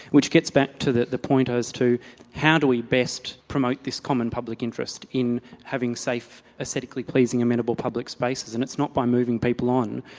which gets back to the the point as to how do we best promote this common public interest in having safe, aesthetically pleasing, amenable public spaces, and it's not by moving people on,